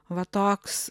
va toks